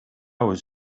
was